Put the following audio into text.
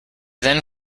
then